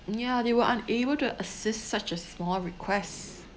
ya they were unable to assist such a small request